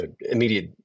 immediate